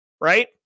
right